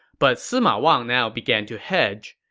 but sima wang now began to hedge.